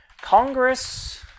Congress